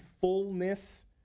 fullness